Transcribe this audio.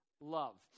love